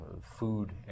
food